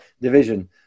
division